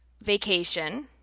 vacation